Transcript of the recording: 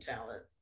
talent